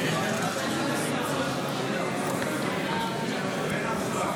נא לבוא לקחת את הטופס עבור חברת הכנסת אלהרר.